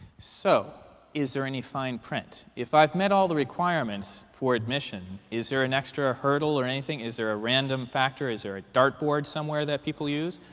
so is there any fine print? if i've met all the requirements for admission, is there an extra hurdle or anything? is there a random factor? is there a dartboard somewhere that people use?